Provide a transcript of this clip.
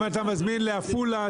אם אתה מזמין לעפולה,